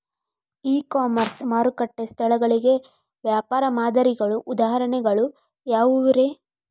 E commerce ಮಾರುಕಟ್ಟೆ ಸ್ಥಳಗಳಿಗೆ ವ್ಯಾಪಾರ ಮಾದರಿಗಳ ಉದಾಹರಣೆಗಳು ಯಾವವುರೇ?